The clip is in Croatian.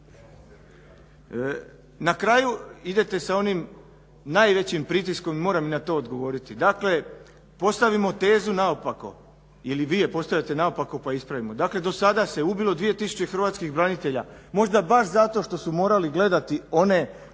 Na kraju idete sa onim najvećim pritiskom, moram i na to odgovoriti. Dakle, postavimo tezu naopako ili vi je postavite naopako pa ispravimo, do sada se ubilo 2000 hrvatskih branitelja, možda baš zato što su morali gledati one